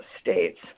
states